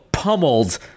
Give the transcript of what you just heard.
Pummeled